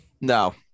No